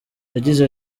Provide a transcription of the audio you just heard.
yagize